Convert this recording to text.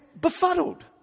befuddled